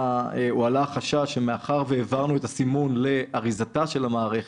חשש שמאחר והעברנו את הסימון לאריזתה של המערכת,